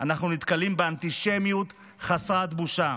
אנחנו נתקלים באנטישמיות חסרת בושה.